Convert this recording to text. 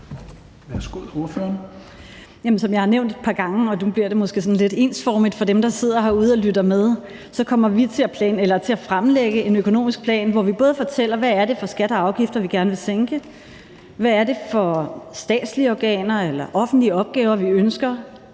som jeg har nævnt et par gange – og nu bliver det måske sådan lidt ensformigt for dem, der sidder og lytter med – kommer vi til at fremlægge en økonomisk plan, hvor vi både fortæller, hvad det er for skatter og afgifter, vi gerne vil sænke, og hvad det er for statslige organer eller offentlige opgaver, vi ønsker